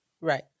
Right